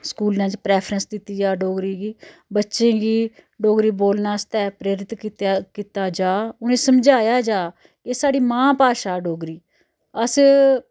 स्कूलें च प्रैफरैंस दित्ती जा डोगरी गी बच्चें गी डोगरी बोलने आस्तै प्रेरत कीते कीता जा उनें समझाया जा कि एह् साढ़ी मां भाशा डोगरी अस